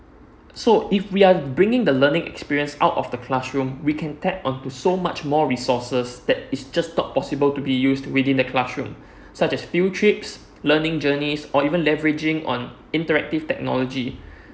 so if we are bringing the learning experience out of the classroom we can tag onto so much more resources that is just not possible to be used within the classroom such as field trips learning journeys or even leveraging on interactive technology